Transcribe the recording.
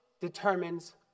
determines